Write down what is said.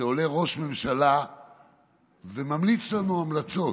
כשעולה ראש ממשלה וממליץ לנו המלצות,